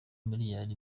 miliyari